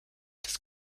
des